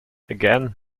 again